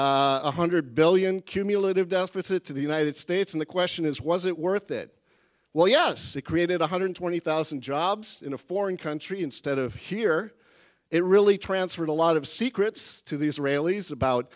one hundred billion cumulative deficit to the united states and the question is was it worth it well yes we created one hundred twenty thousand jobs in a foreign country instead of here it really transferred a lot of secrets to the israelis about